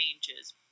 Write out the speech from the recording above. changes